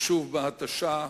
ושוב בהתשה,